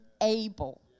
able